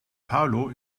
paulo